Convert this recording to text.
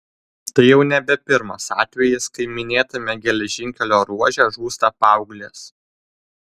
tai jau nebe pirmas atvejis kai minėtame geležinkelio ruože žūsta paauglės